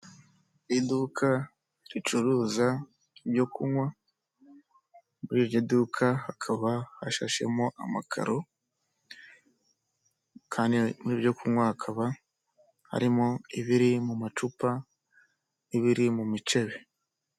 Iduka ricuruza ibyo kunywa, muri iryo duka hakaba hashashemo amakaro, kandi muri ibyo byo kunywa hakaba harimo ibiri mu macupa n'ibiri mu micebe.